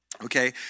Okay